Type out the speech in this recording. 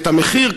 ואת המחיר,